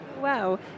Wow